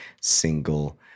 single